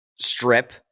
strip